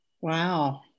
Wow